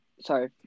sorry